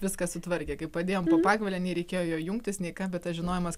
viską sutvarkė kai padėjom po pagalve nereikėjo jo jungtis nei ką bet tas žinojimas